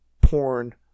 porn